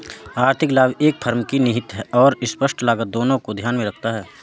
आर्थिक लाभ एक फर्म की निहित और स्पष्ट लागत दोनों को ध्यान में रखता है